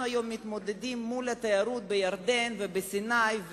מתמודדים היום מול התיירות בירדן ובסיני.